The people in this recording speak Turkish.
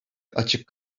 açık